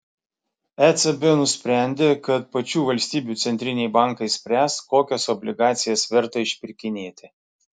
ecb nusprendė kad pačių valstybių centriniai bankai spręs kokias obligacijas verta išpirkinėti